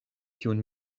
kiun